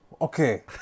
Okay